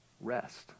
rest